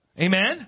Amen